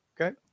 okay